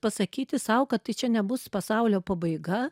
pasakyti sau kad tai čia nebus pasaulio pabaiga